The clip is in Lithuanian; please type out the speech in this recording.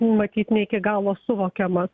matyt ne iki galo suvokiama